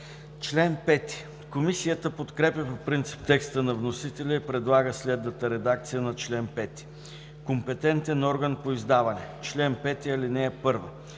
втора. Комисията подкрепя по принцип текста на вносителя и предлага следната редакция на чл. 5: „Компетентен орган по издаване Чл. 5. (1) Европейска